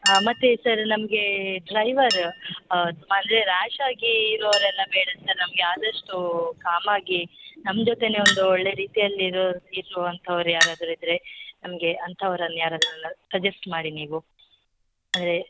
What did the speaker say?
ಹಾಂ ಮತ್ತು ಸರ್ ನಮಗೆ ಡ್ರೈವರ್ ಅಂದರೆ ರಾಶ್ ಆಗಿ ಇರೋರೆಲ್ಲ ಬೇಡ ಸರ್ ನಮಗೆ ಆದಷ್ಟೂ ಕಾಮ್ ಆಗಿ ನಮ್ಮ ಜೊತೆಯೇ ಒಂದು ಒಳ್ಳೆ ರೀತಿಯಲ್ಲಿ ಇರೋ ಇರುವಂಥವ್ರೆ ಯಾರಾದರೂ ಇದ್ದರೆ ನಮಗೆ ಅಂಥವ್ರಲ್ಲಿ ಯಾರಾದರೂ ಸಜೆಸ್ಟ್ ಮಾಡಿ ನೀವು ಅಂದರೆ